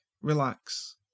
relax